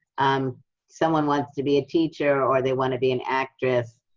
um someone wants to be a teacher or they want to be an actress,